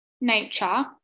nature